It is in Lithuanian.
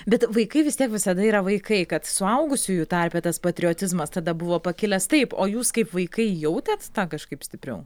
bet vaikai vis tiek visada yra vaikai kad suaugusiųjų tarpe tas patriotizmas tada buvo pakilęs taip o jūs kaip vaikai jautėt tą kažkaip stipriau